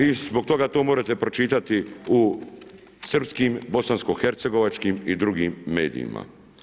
I zbog toga to možete pročitati u srpskim, bosansko-hercegovačkim i drugim medijima.